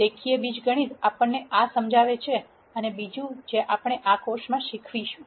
રેખીય બીજગણિત આપણને આ સમજાવે છે અને બીજું જે આપણે આ કોર્સમાં શીખવીશું